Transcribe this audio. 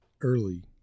early